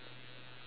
okay